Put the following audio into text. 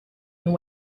and